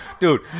Dude